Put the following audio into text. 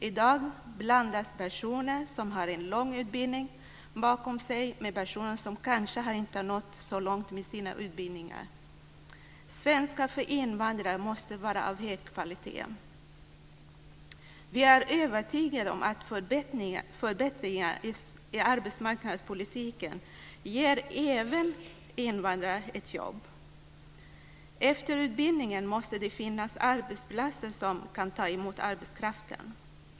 I dag blandas personer som har en lång utbildning bakom sig med personer som inte har nått så långt med sina utbildningar. Undervisningen i svenska för invandrare måste vara av hög kvalitet. Vi är övertygade om att förbättringar i arbetsmarknadspolitiken ger jobb även för invandrare. Efter utbildningen måste det finnas arbetsplatser som kan ta emot arbetskraften.